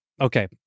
okay